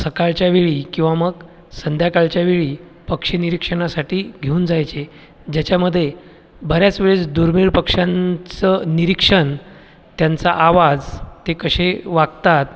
सकाळच्या वेळी किंवा मग संध्याकाळच्या वेळी पक्षी निरीक्षणासाठी घेऊन जायचे ज्याच्यामध्ये बऱ्याच वेळेस दुर्मिळ पक्षांचं निरीक्षण त्यांचा आवाज ते कसे वागतात